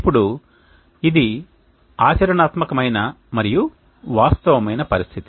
ఇప్పుడు ఇది ఆచరణాత్మకమైన మరియు వాస్తవమైన పరిస్థితి